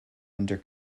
under